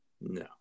No